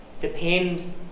depend